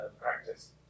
practice